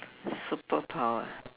superpower